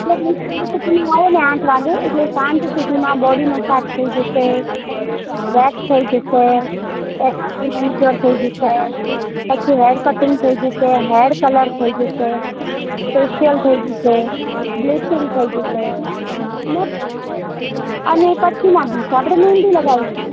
એટલે મે કીધું તમે આવોને આઠ વાગે એટલે સાંજ સુધીમાં બોડી મસાજ થઈ જશે વૅક્સ થઈ જશે પેડિક્યોર મેનિકયોર થઈ જશે પછી હેર કટિંગ થઈ જશે હેર કલર થઈ જશે ફેશિયલ થઈ જશે બ્લીચિંગ થઈ જશે બરાબર અને પછીના દિવસે આપણે મહેંદી લગાવીશું